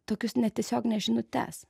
tokius netiesiogines žinutes